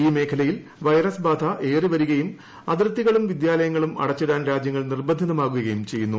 ഈ മേഖലയിൽ വൈറസ് ബാധ ഏറിവരികയും അതിർത്തികളും വിദ്യാലയങ്ങളും അടച്ചിടാൻ രാജ്യങ്ങൾ നിർബന്ധിതമാകുകയും ചെയ്യുന്നു